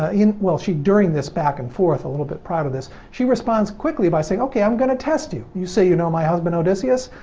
ah well she, during this back in forth a little bit prior to this, she responds quickly by saying, okay, i'm going to test you. you say, you know my husband odysseus?